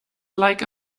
like